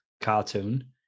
cartoon